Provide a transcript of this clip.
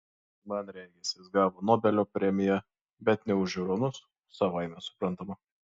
man regis jis gavo nobelio premiją bet ne už žiūronus savaime suprantama